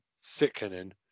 sickening